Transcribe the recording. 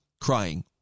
crying